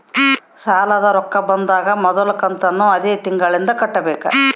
ಸಾಲದ ರೊಕ್ಕ ಬಂದಾಗ ಮೊದಲ ಕಂತನ್ನು ಅದೇ ತಿಂಗಳಿಂದ ಕಟ್ಟಬೇಕಾ?